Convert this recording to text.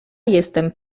jestem